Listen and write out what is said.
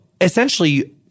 essentially